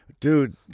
Dude